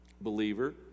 believer